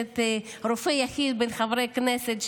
רופא יחיד בין חברי הכנסת,